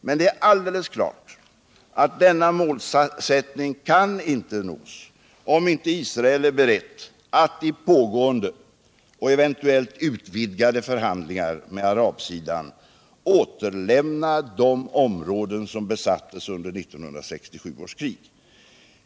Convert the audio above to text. Men det är alldeles klart att denna målsättning inte kan nås, om inte Israel är berett att i pågående — och eventuellt utvidgade — förhandlingar med arabsidan återlämna de områden som besattes under 1967 års krig.